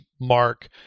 mark